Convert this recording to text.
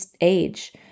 age